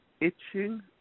itching